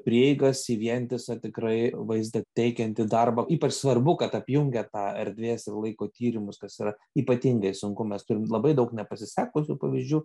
prieigas į vientisą tikrai vaizdą teikiantį darbą ypač svarbu kad apjungia tą erdvės ir laiko tyrimus kas yra ypatingai sunku mes turim labai daug nepasisekusių pavyzdžių